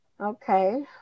okay